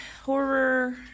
horror